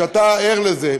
ואתה ער לזה,